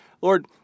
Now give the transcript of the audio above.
Lord